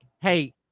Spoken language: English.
hey